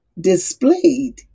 displayed